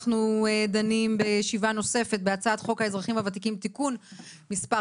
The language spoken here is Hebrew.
אנחנו דנים בישיבה נוספת בהצעת חוק האזרחים הוותיקים (תיקין מס'